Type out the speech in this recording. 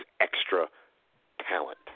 extra-talent